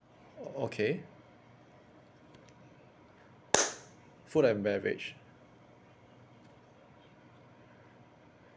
okay food and beverage